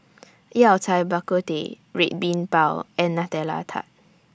Yao Cai Bak Kut Teh Red Bean Bao and Nutella Tart